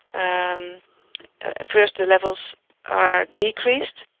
um ah first the levels are decreased,